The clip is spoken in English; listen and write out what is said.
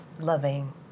loving